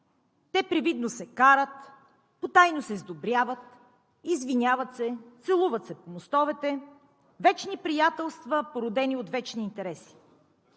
Те привидно се карат, потайно се сдобряват, извиняват се, целуват се по мостовете. Вечни приятелства, породени от вечни интереси!